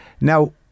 Now